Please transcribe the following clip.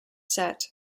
set